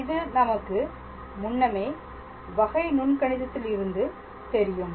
இது நமக்கு முன்னமே வகை நுண்கணிதத்தில் இருந்து தெரியும்